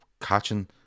catching